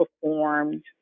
performed